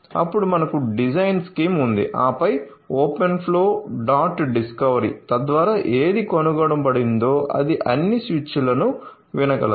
అప్పుడు మనకు design scheme ఉంది ఆపై ఓపెన్ ఫ్లో డాట్ డిస్కవరీ తద్వారా ఏది కనుగొనబడిందో అది అన్ని స్విచ్లను వినగలదు